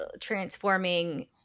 transforming